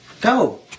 Go